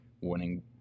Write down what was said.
winning